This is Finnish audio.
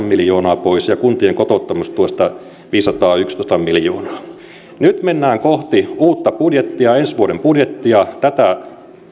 miljoonaa pois ja kuntien kotouttamistuesta viisisataayksitoista miljoonaa nyt mennään kohti uutta budjettia ensi vuoden budjettia tätä